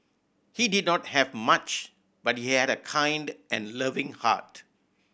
he did not have much but he had a kind and loving heart